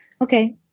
Okay